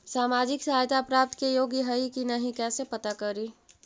सामाजिक सहायता प्राप्त के योग्य हई कि नहीं कैसे पता करी?